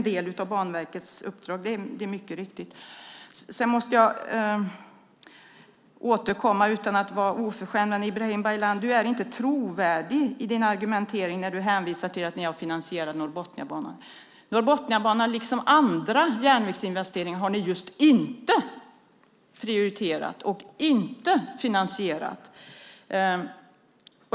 Detta är mycket riktigt en del av Banverkets uppdrag. Jag vill inte vara oförskämd, men Ibrahim Baylan, du är inte trovärdig i din argumentering när du hänvisar till att ni har finansierat Norrbotniabanan. Norrbotniabanan, liksom andra järnvägsinvesteringar, har ni just inte prioriterat och inte finansierat.